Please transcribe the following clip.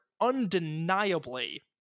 undeniably